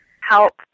help